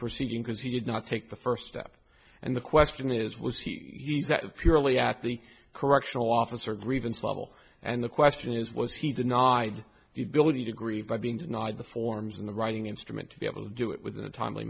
proceeding because he did not take the first step and the question is was he sat purely at the correctional officer grievance level and the question is was he denied the ability to grieve by being denied the forms in the writing instrument to be able to do it with in a timely